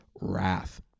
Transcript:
wrath